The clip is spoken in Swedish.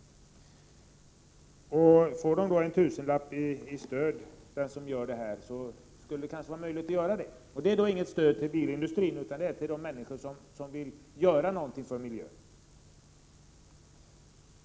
Får bilägaren då en tusenlapp i stöd skulle det kanske vara möjligt att montera en sådan. Det är då inget stöd till bilindustrin utan till de människor som vill göra någonting för miljön.